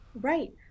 Right